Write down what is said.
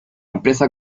empresa